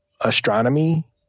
astronomy